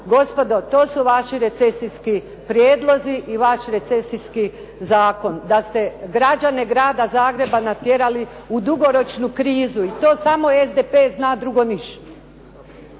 Gospodo, to su vaši recesijski prijedlozi i vaš recesijski zakon, da ste građane grada Zagreba natjerali u dugoročnu krizu i to samo SDP zna, drugo niš.